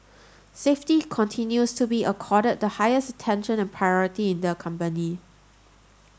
safety continues to be accorded the highest attention and priority in the company